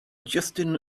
justin